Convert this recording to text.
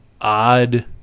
odd